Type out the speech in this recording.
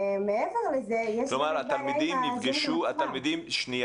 ומעבר לזה, יש בעיה עם --- שנייה.